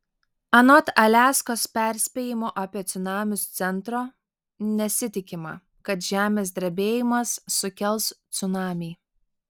anot aliaskos perspėjimo apie cunamius centro nesitikima kad žemės drebėjimas sukels cunamį